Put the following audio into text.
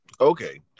Okay